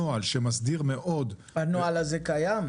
נוהל שמסדיר מאוד --- הנוהל הזה קיים?